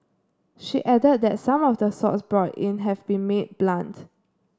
she added that some of the swords brought in have been made blunt